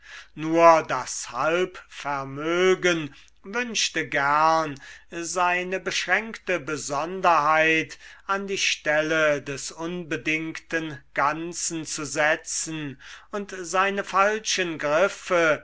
nur das halbvermögen wünschte gern seine beschränkte besonderheit an die stelle des unbedingten ganzen zu setzen und seine falschen griffe